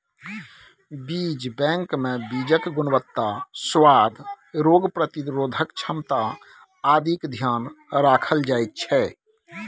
बीज बैंकमे बीजक गुणवत्ता, सुआद, रोग प्रतिरोधक क्षमता आदिक ध्यान राखल जाइत छै